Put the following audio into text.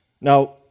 Now